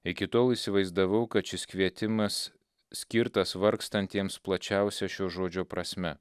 iki tol įsivaizdavau kad šis kvietimas skirtas vargstantiems plačiausia šio žodžio prasme